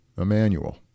Emmanuel